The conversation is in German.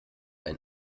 ein